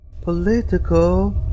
Political